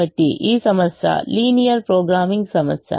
కాబట్టి ఈ సమస్య లీనియర్ ప్రోగ్రామింగ్ సమస్య